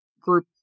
group